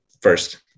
first